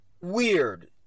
weird